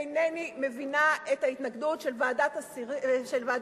אינני מבינה את ההתנגדות של ועדת השרים